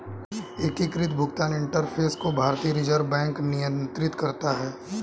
एकीकृत भुगतान इंटरफ़ेस को भारतीय रिजर्व बैंक नियंत्रित करता है